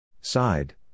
side